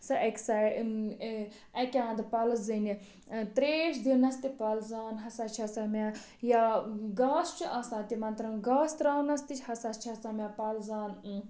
سۄ اکہِ ساے اۭں ٲں اکہِ انٛدٕ پلزٕنہِ ٲں ترٛیش دنَس تہِ پلزان ہسا چھِ سۄ مےٚ یا گاسہٕ چھُ آسان تِمن ترٛاوُن گاسہٕ ترٛاونَس تہِ چھِ ہسا چھِ مےٚ سۄ پلزان